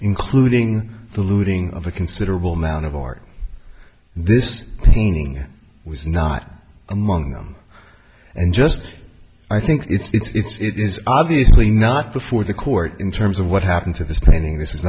including the looting of a considerable amount of art this painting was not among them and just i think it's it is obviously not before the court in terms of what happened to this painting this